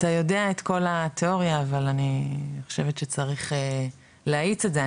אתה יודע את כל התאוריה אבל אני חושבת שצריך להאיץ את זה,